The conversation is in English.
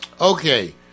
okay